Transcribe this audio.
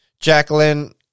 Jacqueline